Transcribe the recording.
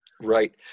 right